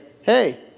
hey